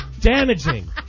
damaging